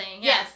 yes